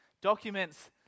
documents